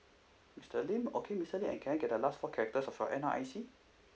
mister lim okay mister lim and can I get the last four characters of your N_R_I_C